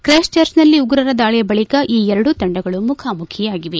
Christ ಜರ್ಚ್ನಲ್ಲಿ ಉಗ್ರರ ದಾಳಿಯ ಬಳಿಕ ಈ ಎರಡೂ ತಂಡಗಳು ಮುಖಾಮುಖಿಯಾಗಿವೆ